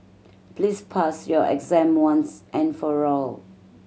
please pass your exam once and for all